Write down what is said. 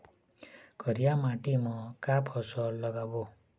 करिया माटी म का फसल लगाबो?